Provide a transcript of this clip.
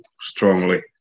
strongly